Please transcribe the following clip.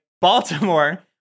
Baltimore